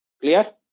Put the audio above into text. Clear